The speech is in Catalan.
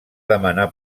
demanar